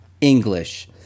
English